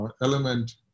element